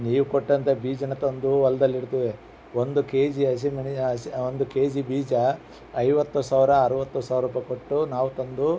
ನೀವು ಕೊಟ್ಟಂಥ ಬೀಜನ ತಂದು ಹೊಲ್ದಲ್ಲಿ ಇಡ್ತೀವಿ ಒಂದು ಕೆಜಿ ಹಸಿ ಒಂದು ಕೆಜಿ ಬೀಜ ಐವತ್ತು ಸಾವಿರ ಅರವತ್ತು ಸಾವಿರ ರುಪಾಯ್ ಕೊಟ್ಟು ನಾವು ತಂದು